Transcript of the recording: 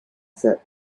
set